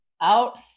out